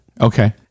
Okay